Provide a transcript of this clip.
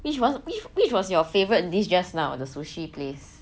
which was which was your favourite this just now the sushi place